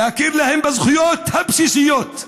להכיר להם בזכויות הבסיסיות.